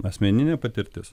asmeninė patirtis